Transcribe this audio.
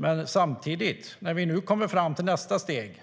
Men när vi nu kommer fram till nästa steg